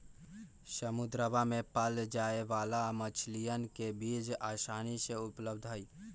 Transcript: समुद्रवा में पाल्ल जाये वाला मछलीयन के बीज आसानी से उपलब्ध हई